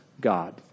God